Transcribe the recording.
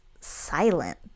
silent